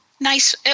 nice